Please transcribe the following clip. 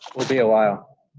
we'll be a while.